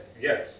yes